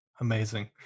Amazing